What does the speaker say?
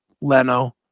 Leno